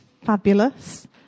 Fabulous